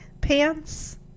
pants